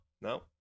no